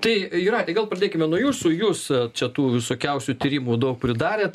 tai jūrate gal pradėkime nuo jūsų jūs čia tų visokiausių tyrimų daug pridarėt